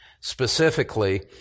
specifically